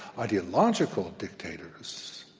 ideological dictators,